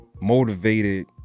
motivated